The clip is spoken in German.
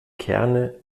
kerne